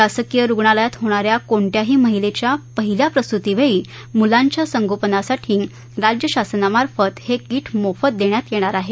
शासकीय रुग्णालयात होणाऱ्या कोणत्याही महिलेच्या पहिल्या प्रसुतीवेळी मुलांच्या संगोपनासाठी राज्य शासनामार्फत हे कीट मोफत देण्यात येणार आहे